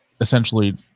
essentially